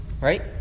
Right